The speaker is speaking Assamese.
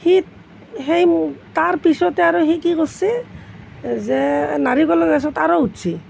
সি সেই তাৰপিছতে আৰু কি কৰিছে যে নাৰিকলৰ গছত আৰু উঠিছে